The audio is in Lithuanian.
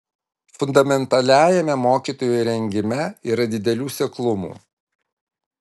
fundamentaliajame mokytojų rengime yra didelių seklumų